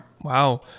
Wow